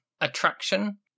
attraction